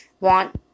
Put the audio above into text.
want